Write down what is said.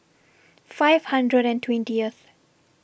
five hundred and twentieth